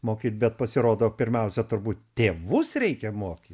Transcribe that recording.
mokyt bet pasirodo pirmiausia turbūt tėvus reikia mokyt